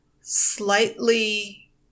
slightly